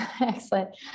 excellent